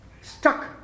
stuck